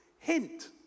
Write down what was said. Hint